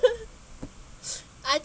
I